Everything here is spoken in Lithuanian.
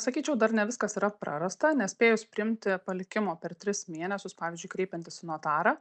sakyčiau dar ne viskas yra prarasta nespėjus priimti palikimo per tris mėnesius pavyzdžiui kreipiantis į notarą